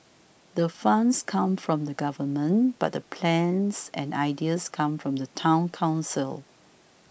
the funds come from the government but the plans and ideas come from the Town Council